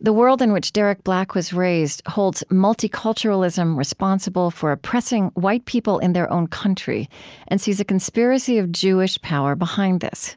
the world in which derek black was raised holds multiculturalism responsible for oppressing white people in their own country and sees a conspiracy of jewish power behind this